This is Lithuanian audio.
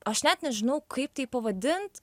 aš net nežinau kaip tai pavadint